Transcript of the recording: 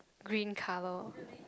green colour